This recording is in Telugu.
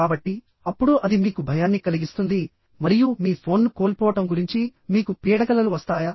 కాబట్టి అప్పుడు అది మీకు భయాన్ని కలిగిస్తుంది మరియు మీ ఫోన్ను కోల్పోవడం గురించి మీకు పీడకలలు వస్తాయా